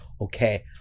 okay